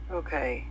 okay